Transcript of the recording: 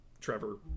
Trevor